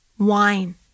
Wine